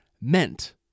meant